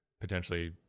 potentially